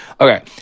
Okay